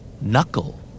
Knuckle